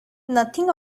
nothing